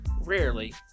rarely